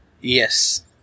Yes